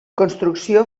construcció